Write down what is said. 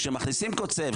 כשמכניסים קוצב,